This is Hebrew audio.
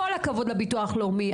כל הכבוד לביטוח לאומי.